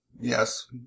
Yes